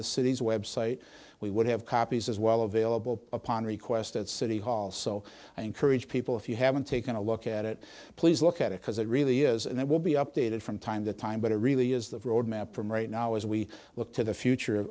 the city's website we would have copies as well vailable upon request at city hall so i encourage people if you haven't taken a look at it please look at it because it really is and it will be updated from time to time but it really is the road map from right now as we look to the future